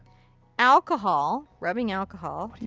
alcohol. rubbing alcohol,